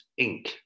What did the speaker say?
Inc